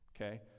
Okay